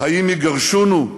"האם יגרשונו?